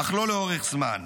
אך לא לאורך זמן.